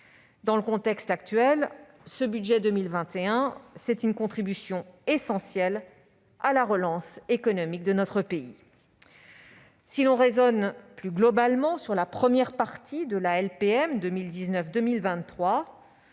Dans le contexte actuel, ce budget 2021 est une contribution essentielle à la relance économique de notre pays. Si l'on raisonne plus globalement, sur la première partie de la LPM,